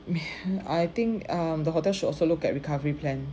I think um the hotel should also look at recovery plan